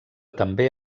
també